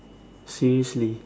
seriously